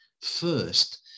First